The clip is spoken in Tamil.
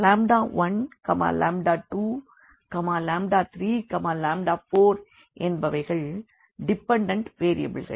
1 2 3 4 என்பவைகள் டிபண்டண்ட் வேரியபிள்ஸ்